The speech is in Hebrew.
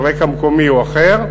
על רקע מקומי או אחר,